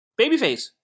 Babyface